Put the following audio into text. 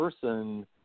person